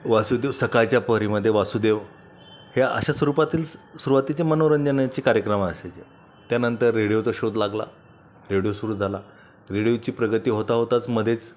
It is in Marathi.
वासुदेव सकाळच्या प्रहरीमध्ये वासुदेव हे अशा स्वरूपातील सुरुवातीचे मनोरंजनाचे कार्यक्रम असायचे त्यानंतर रेडियोचा शोध लागला रेडियो सुरू झाला रेडियोची प्रगती होता होताच मध्येच